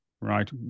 right